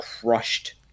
crushed